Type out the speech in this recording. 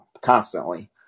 constantly